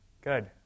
good